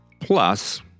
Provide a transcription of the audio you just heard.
plus